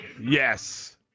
yes